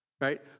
right